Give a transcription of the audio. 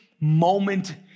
moment